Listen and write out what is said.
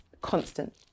constant